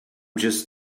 just